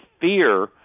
fear